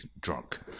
drunk